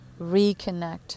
reconnect